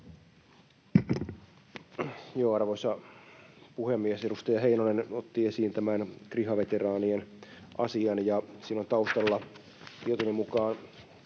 Arvoisa puhemies! Edustaja Heinonen otti esiin tämän kriha-veteraanien asian, ja siinä on taustalla tietoni mukaan